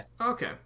Okay